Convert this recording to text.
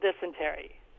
dysentery